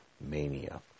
mania